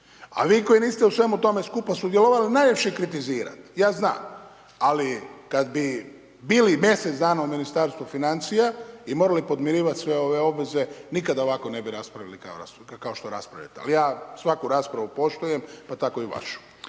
A vi koji niste u svemu tome skupa sudjelovali, najviše kritizirate. Ja znam ali kad bi bili mjesec dana u Ministarstvu financija i morali podmirivati sve ove obveze, nikada ovako ne bi raspravljali kao što raspravljamo. Ja svaku raspravu poštujem, pa tako i vašu.